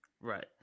Right